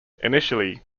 initially